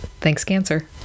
ThanksCancer